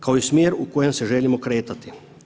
Kao i smjer u kojem se želimo kretati.